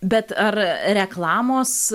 bet ar reklamos